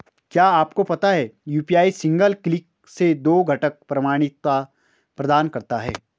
क्या आपको पता है यू.पी.आई सिंगल क्लिक से दो घटक प्रमाणिकता प्रदान करता है?